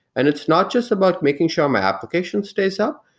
and it's not just about making sure my application stays up,